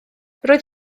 roedd